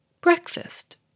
Breakfast